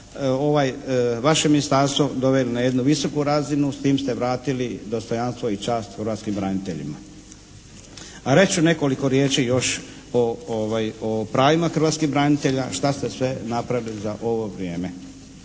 vaše ministarstvo doveli na jednu visoku razinu, s tim ste vratili dostojanstvo i čast hrvatskim braniteljima. A reći ću nekoliko riječi još o pravima hrvatskih branitelja što ste sve napravili za ovo vrijeme.